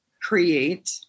create